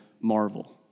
marvel